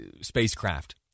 spacecraft